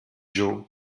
joe